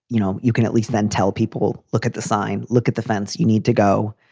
you know, you can at least then tell people, look at the sign. look at the fence. you need to go.